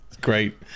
Great